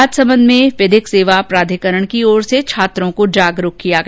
राजसमंद में विधिक सेवा प्राधिकरण की ओर से छात्रों को जागरूक किया गया